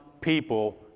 people